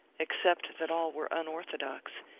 except that all were unorthodox,